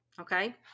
okay